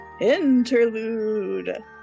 interlude